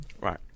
Right